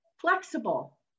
flexible